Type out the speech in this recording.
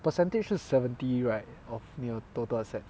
percentage 是 seventy right of 你的 total asset